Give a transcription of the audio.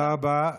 תודה רבה.